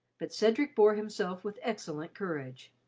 but cedric bore himself with excellent courage,